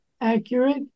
accurate